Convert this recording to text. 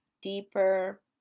deeper